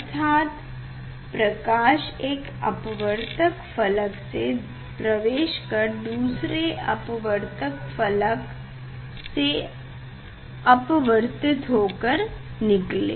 अर्थात प्रकाश एक अपवर्तक फ़लक से प्रवेश कर दूसरे अपवर्तक फ़लक से अपवर्तित हो कर निकले